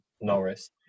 Norris